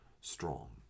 strong